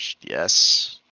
Yes